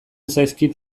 zaizkit